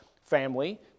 family